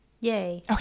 yay